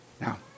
Now